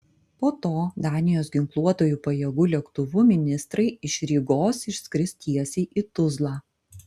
po to danijos ginkluotųjų pajėgų lėktuvu ministrai iš rygos išskris tiesiai į tuzlą